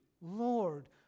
Lord